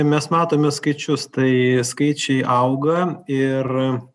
mes matome skaičius tai skaičiai auga ir